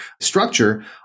structure